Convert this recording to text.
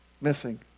missing